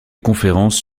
conférences